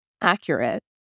accurate